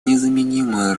незаменимую